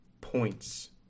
points